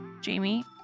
Jamie